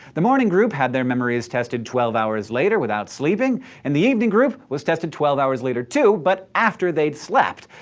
the morning group had their memories tested twelve hours later without sleeping and the evening group was tested twelve hours later too but after they'd slept.